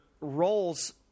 Roles